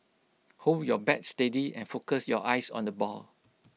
hold your bat steady and focus your eyes on the ball